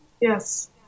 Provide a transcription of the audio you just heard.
Yes